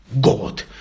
God